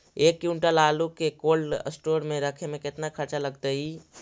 एक क्विंटल आलू के कोल्ड अस्टोर मे रखे मे केतना खरचा लगतइ?